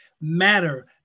matter